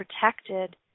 protected